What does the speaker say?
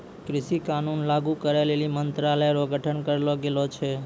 कृषि कानून लागू करै लेली मंत्रालय रो गठन करलो गेलो छै